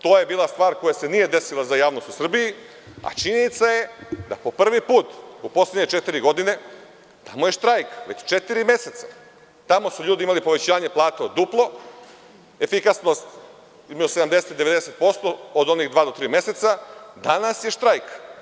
To je bila stvar koja se nije desila za javnost u Srbiji, a činjenica je da po prvi put u poslednje četiri godine, tamo je štrajk već četiri meseca, tamo su ljudi imali povećanje plata duplo, efikasnost između 70 i 90% od onih dva do tri meseca, a danas je štrajk.